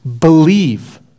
Believe